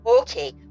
Okay